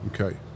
okay